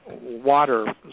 water